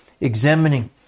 examining